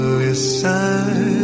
listen